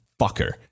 Fucker